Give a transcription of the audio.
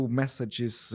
messages